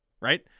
right